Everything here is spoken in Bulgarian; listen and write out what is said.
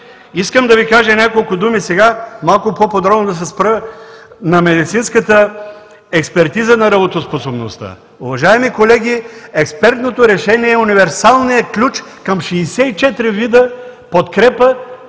как това да се случи. Искам подробно да се спра на медицинската експертиза на работоспособността. Уважаеми колеги, експертното решение е универсалният ключ към 64 вида подкрепа,